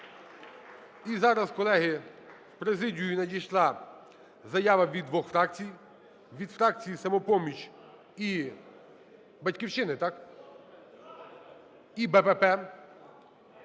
І зараз, колеги, в президію надійшла заява від двох фракцій – від фракції "Самопоміч" і "Батьківщини". Так? І "БПП".